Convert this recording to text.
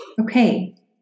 Okay